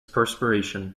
perspiration